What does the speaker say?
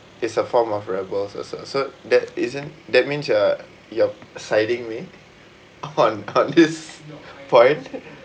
it's a form of rebels also so that isn't that means you're you're siding me on on this point